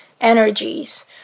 energies